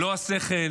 לא השכל,